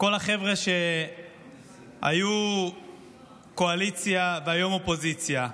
כל החבר'ה שהיו קואליציה והיום אופוזיציה,